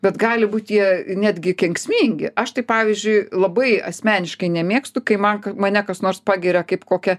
bet gali būt jie netgi kenksmingi aš tai pavyzdžiui labai asmeniškai nemėgstu kai man mane kas nors pagiria kaip kokią